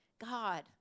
God